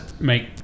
make